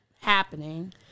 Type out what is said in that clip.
happening